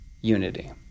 unity